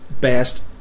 best